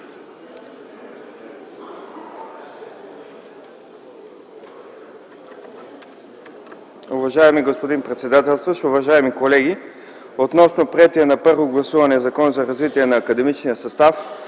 Уважаеми господин председател, уважаеми колеги! Относно приетия на първо гласуване Законопроект за развитие на академичния състав